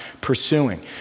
pursuing